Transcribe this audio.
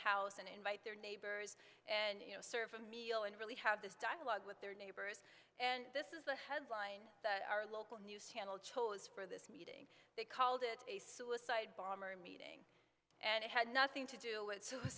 house and invite their neighbors and you know surf a meal and really have this dialogue with their neighbors and this is the headline that our local news channel chose for this they called it a suicide bomber meeting and it had nothing to do wit